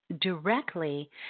directly